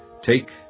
Take